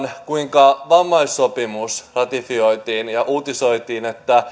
kuinka vammaissopimus ratifioitiin ja uutisoitiin